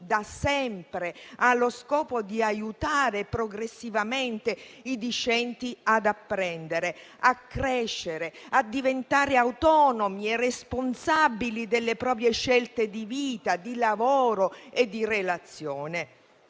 da sempre ha lo scopo di aiutare progressivamente i discenti ad apprendere, a crescere, a diventare autonomi e responsabili delle proprie scelte di vita, di lavoro e di relazione.